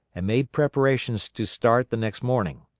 and made preparations to start the next morning.